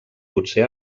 potser